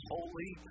Holy